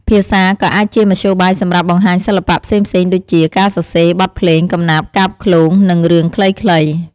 ភាសាក៏អាចជាមធ្យោបាយសម្រាប់បង្ហាញសិល្បៈផ្សេងៗដូចជា ការសរសេរ បទភ្លេង កំណាព្យកាបឃ្លោង និងរឿងខ្លីៗ។